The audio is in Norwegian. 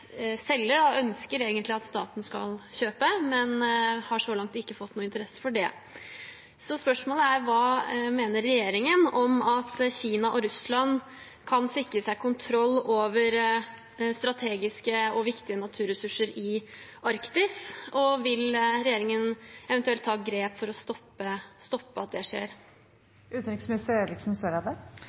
selger egentlig ønsker at staten skal kjøpe, men har ikke fått noen interesse for det så langt. Så spørsmålet er hva regjeringen mener om at Kina og Russland kan sikre seg kontroll over strategiske og viktige naturressurser i Arktis, og vil regjeringen eventuelt ta grep for å stoppe at det